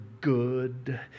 good